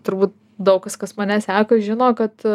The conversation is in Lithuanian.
turbūt daug kas kas mane seka žino kad